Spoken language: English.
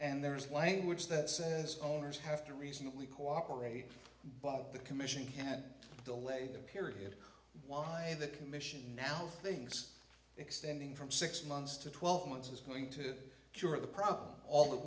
and there is language that says owners have to reasonably cooperate by the commission had delayed a period why the commission now things extending from six months to twelve months is going to cure the problem all